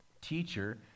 Teacher